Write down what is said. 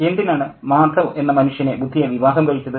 എന്തിനാണ് മാധവ് എന്ന മനുഷ്യനെ ബുധിയ വിവാഹം കഴിച്ചത്